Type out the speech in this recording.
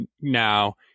now